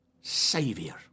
Savior